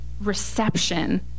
reception